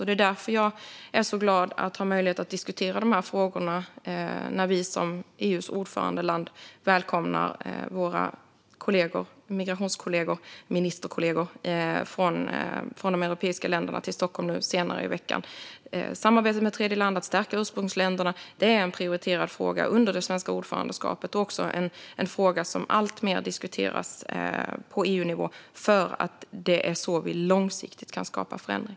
Det är därför jag är så glad att ha möjlighet att diskutera de här frågorna när vi som EU:s ordförandeland välkomnar våra migrationsministerkollegor från de europeiska länderna till Stockholm senare i veckan. Samarbetet med tredjeländer för att stärka ursprungsländerna är en prioriterad fråga under det svenska ordförandeskapet och också en fråga som alltmer diskuteras på EU-nivå, för det är så vi långsiktigt kan skapa förändring.